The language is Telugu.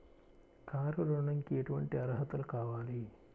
కారు ఋణంకి ఎటువంటి అర్హతలు కావాలి?